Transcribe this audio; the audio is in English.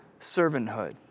servanthood